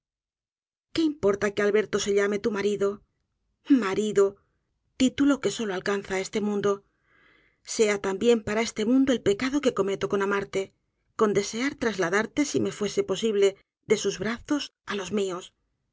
siempre quéimporta que alberto séllame tu marido marido título que solo alcanza á este mundo sea también para este mundo el pecado que cometo con amarte con desear trasladarte si me fuese posible de sus brazos á los mios